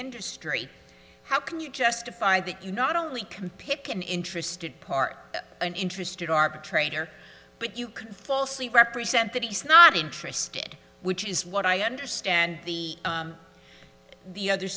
industry how can you justify that you not only can pick an interested part an interested arbitrator but you could falsely represent that he's not interested which is what i understand the the other